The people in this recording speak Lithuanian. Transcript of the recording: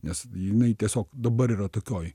nes jinai tiesiog dabar yra tokioj